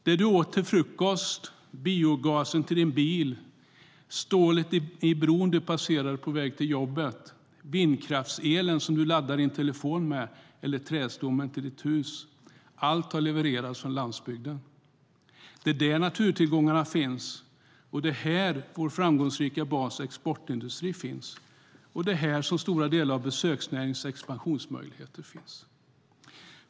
Det du åt till frukost, biogasen till din bil, stålet i bron du passerade på väg till jobbet, vindkraftselen som du laddar din telefon med eller trästommen i ditt hus - allt har levererats av landsbygden. Det är här naturtillgångarna finns. Det är här vår framgångsrika bas och exportindustri finns. Det är här som stora delar av besöksnäringens expansionsmöjligheter finns.